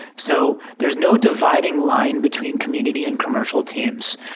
so there's no dividing line between community and commercial teams.